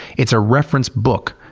it's a reference book.